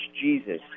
Jesus